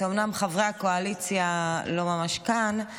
אומנם חברי הקואליציה לא ממש כאן,